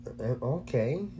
Okay